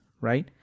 right